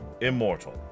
immortal